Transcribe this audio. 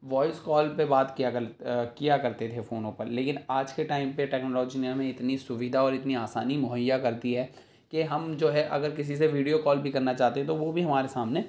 voice call پہ بات کیا کرتے تھے فونوں پر لیکن آج کے ٹائم پہ ٹیکنالوجی نے ہمیں اتنی سودھا اور اتنی آسانی مہیا کر دی ہے کہ ہم جو ہے اگر کسی سے ویڈیو کال بھی کرنا چاہتے ہیں تو وہ بھی ہمارے سامنے